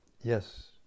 yes